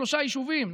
שלושה יישובים,